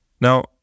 Now